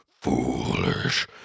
foolish